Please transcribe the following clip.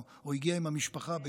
או הגיע עם המשפחה.